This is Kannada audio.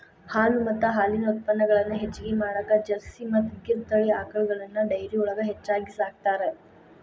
ಹಾಲು ಮತ್ತ ಹಾಲಿನ ಉತ್ಪನಗಳನ್ನ ಹೆಚ್ಚಗಿ ಮಾಡಾಕ ಜರ್ಸಿ ಮತ್ತ್ ಗಿರ್ ತಳಿ ಆಕಳಗಳನ್ನ ಡೈರಿಯೊಳಗ ಹೆಚ್ಚಾಗಿ ಸಾಕ್ತಾರ